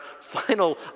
final